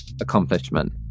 accomplishment